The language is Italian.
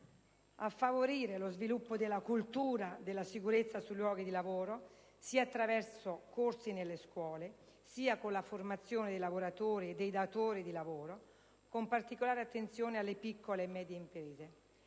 si favorisca lo sviluppo della cultura della sicurezza sui luoghi di lavoro, sia attraverso corsi nelle scuole sia con la formazione dei lavoratori e dei datori di lavoro, con particolare attenzione alle piccole e medie imprese.